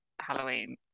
Halloween